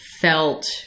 felt